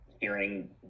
hearing